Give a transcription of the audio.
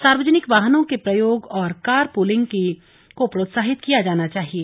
सार्वजनिक वाहनों के प्रयोग और कार प्रलिंग को प्रोत्साहित किया जाना चाहिये